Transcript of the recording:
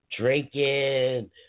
drinking